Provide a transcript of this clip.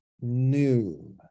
new